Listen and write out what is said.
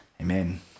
Amen